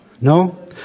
No